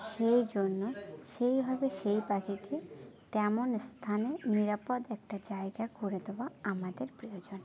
সেই জন্য সেই ভাবে সেই পাখিকে তেমন স্থানে নিরাপদ একটা জায়গা করে দেওয়া আমাদের প্রয়োজন